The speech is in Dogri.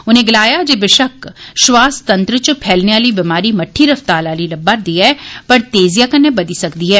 उनें गलाया जे बे शक श्वास तंत्र इच फैलने आली बमारी मट्ठी रफतार आली लब्बा र दी ऐ पर तेजिया कन्नै बदी सकदी ऐ